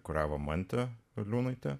kuravo mante valiūnaite